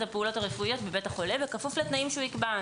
הפעולות הרפואיות בבית החולה בכפוף לתנאים שיקבע.